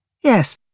Yes